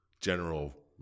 General